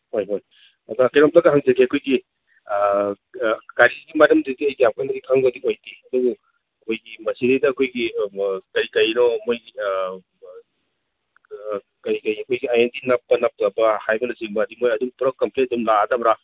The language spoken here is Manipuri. ꯍꯣꯏ ꯍꯣꯏ ꯑꯗꯣ ꯀꯩꯅꯣꯝꯇꯪꯒ ꯍꯪꯖꯒꯦ ꯑꯩꯈꯣꯏꯒꯤ ꯒꯥꯔꯤꯒꯤ ꯃꯔꯝꯗꯗꯤ ꯑꯩꯗꯤ ꯌꯥꯝ ꯀꯟꯅꯗꯤ ꯈꯪꯗꯕꯗꯤ ꯑꯣꯏꯗꯦ ꯑꯗꯨꯕꯨ ꯑꯩꯈꯣꯏꯒꯤ ꯃꯁꯤꯗꯩꯗ ꯑꯩꯈꯣꯏꯒꯤ ꯀꯩ ꯀꯩꯅꯣ ꯃꯣꯏꯒꯤ ꯀꯩꯀꯩ ꯑꯩꯈꯣꯏꯒꯤ ꯑꯥꯏ ꯑꯦꯟ ꯗꯤ ꯅꯞꯄ ꯅꯞꯇꯕ ꯍꯥꯏꯕꯅꯆꯤꯡꯕ ꯃꯣꯏ ꯑꯗꯨꯝ ꯄꯨꯔꯥ ꯀꯝꯄ꯭ꯂꯤꯠ ꯑꯛꯗꯨꯝ ꯂꯥꯑꯗꯕ꯭ꯔꯥ